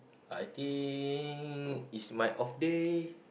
I think it's my off day